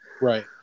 Right